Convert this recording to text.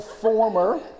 former